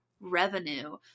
Revenue